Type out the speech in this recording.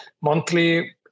monthly